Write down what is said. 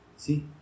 See